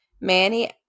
Manny